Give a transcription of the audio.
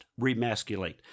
Remasculate